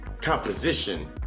composition